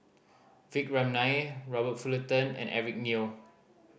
Vikram Nair Robert Fullerton and Eric Neo